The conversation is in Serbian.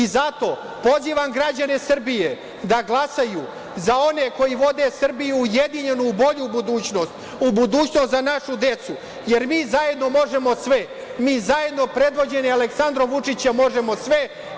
Zato, pozivam građane Srbije da glasaju za one koji vode Srbiju ujedinjenu u bolju budućnost, u budućnost za našu decu, jer mi zajedno možemo sve, mi zajedno predvođeni Aleksandrom Vučićem možemo sve.